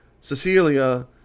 Cecilia